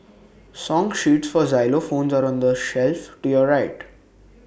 song sheets for xylophones are on the shelf to your right